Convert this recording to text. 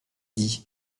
dit